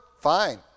Fine